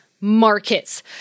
markets